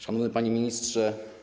Szanowny Panie Ministrze!